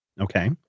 Okay